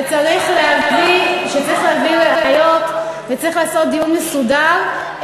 וצריך לעשות דיון מסודר,